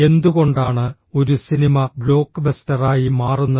എന്തുകൊണ്ടാണ് ഒരു സിനിമ ബ്ലോക്ക്ബസ്റ്ററായി മാറുന്നത്